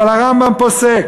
אבל הרמב"ם פוסק